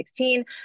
2016